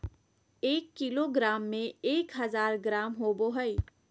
एक किलोग्राम में एक हजार ग्राम होबो हइ